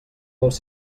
dels